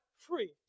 free